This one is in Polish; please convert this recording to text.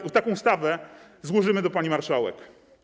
I taką ustawę złożymy do pani marszałek.